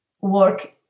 Work